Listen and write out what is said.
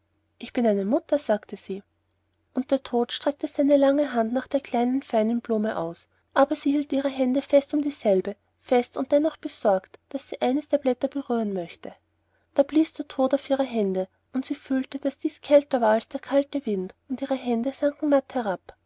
ich bin eine mutter sagte sie und der tod streckte seine lange hand nach der kleinen feinen blume aus aber sie hielt ihre hände fest um dieselbe fest und dennoch besorgt daß sie eines der blätter berühren möchte da blies der tod auf ihre hände und sie fühlte daß dies kälter war als der kalte wind und ihre hände sanken matt